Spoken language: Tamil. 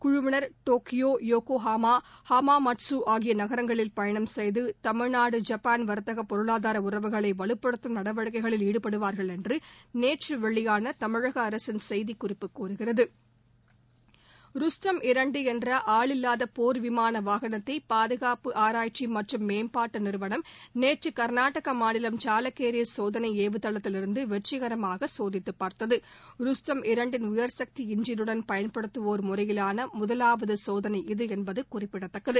குழுவினர் டோக்கியோ யோக்கோஹாமா ஹாமாமாட்சு ஆகிய நகரங்களில் பயணம் செய்து தமிழ்நாடு ஜப்பான் வர்த்தக பொருளாதார உறவுகளை வலுபடுத்தும் நடவடிக்கைகளில் ஈடுபடுவார்கள் என்று நேற்று வெளியான தமிழக அரசின் செய்திக்குறிப்பு கூறுகிறது ருஸ்தம் இரண்டு என்ற ஆளில்லாத போா் விமான வாகனத்தை பாதுகாப்பு ஆராய்ச்சி மற்றும் மேம்பாட்டு நிறுவனம் நேற்று கா்நாடக மாநிலம் சாலக்கேரே சோதனை ஏவு தளத்திலிருந்து வெற்றிகரமாக சோதித்து பார்த்தது ருஸ்தம் இரண்டின் உயர்சக்தி எஞ்சினுடன் பயன்படுத்துவோர் முறையிலான முதலாவது சோதனை இது என்பது குறிப்பிடதக்கது